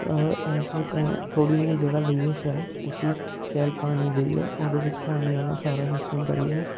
अस थोह्ड़ी नेही जगह् लेइयै शैल उसी शैल पानी देइयै ओह्दे बिच्च पानी आह्ला सारा सिस्टम करियै